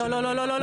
לא, לא, לא.